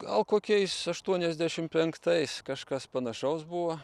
gal kokiais aštuoniasdešim penktais kažkas panašaus buvo